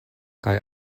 kaj